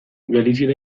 galiziera